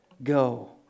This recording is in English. Go